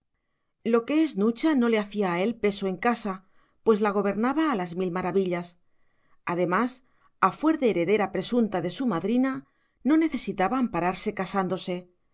lo que es nucha no le hacía a él peso en casa pues la gobernaba a las mil maravillas además a fuer de heredera presunta de su madrina no necesitaba ampararse casándose